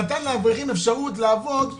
הוא נתן לאברכים אפשרות לעבוד,